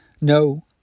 No